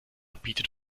bietet